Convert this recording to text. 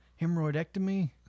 hemorrhoidectomy